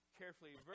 carefully